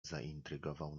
zaintrygował